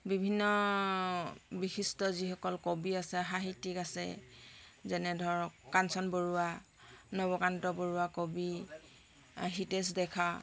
বিভিন্ন বিশিষ্ট যিসকল কবি আছে সাহিত্যিক আছে যেনে ধৰক কাঞ্চন বৰুৱা নৱকান্ত বৰুৱা কবি হিতেশ ডেকা